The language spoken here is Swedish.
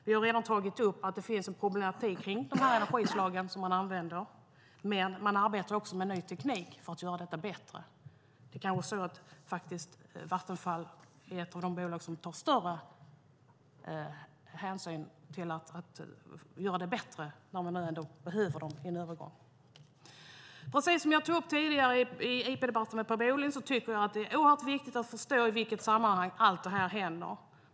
Vi har redan tagit upp att det finns en problematik med de energislag man använder, men man arbetar med ny teknik för att göra dem bättre. Det kanske är så att Vattenfall är ett av de bolag som tar större ansvar för att göra dem bättre när man nu behöver dem under en övergång. Som jag tog upp tidigare i interpellationsdebatten med Per Bolund tycker jag att det är oerhört viktigt att förstå i vilket sammanhang allt det här händer.